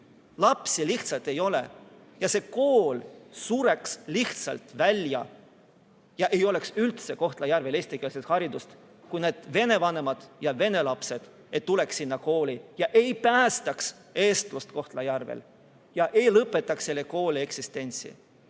Lapsi ei ole ja see kool sureks lihtsalt välja ja ei oleks üldse Kohtla-Järvel eestikeelset haridust, kui need vene vanemad ja vene lapsed ei tuleks sinna kooli ja ei päästaks eestlust Kohtla-Järvel, mitte ei lõpetaks selle kooli eksistentsi.